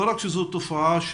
אני פותח את